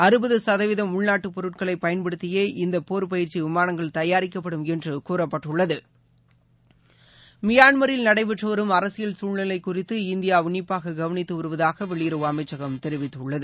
அறுபது சதவீதம் உள்நாட்டு பொருட்களே பயன்படுத்தியே இந்த போர் பயிற்சி விமானங்கள் தயாரிக்கப்படும் என்று கூறப்பட்டுள்ளது மியான்மரில் நடைபெற்று வரும் அரசியல் சூழ்நிலை குறித்து இந்தியா உன்னிப்பாக கவனித்து வருவதாக வெளியுறவு அமைச்சகம் தெரிவித்துள்ளது